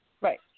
Right